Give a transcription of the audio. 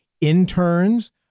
interns